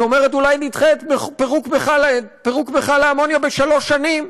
שאומרת: אולי נדחה את פירוק מכל האמוניה בשלוש שנים,